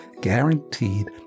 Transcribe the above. guaranteed